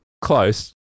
close